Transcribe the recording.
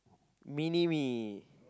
mini me